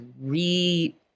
re